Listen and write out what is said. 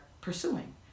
pursuing